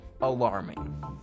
alarming